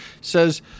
says